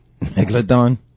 Megalodon